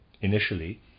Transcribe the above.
Initially